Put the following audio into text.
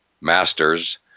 Masters